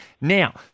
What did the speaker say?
Now